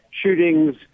shootings